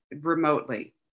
remotely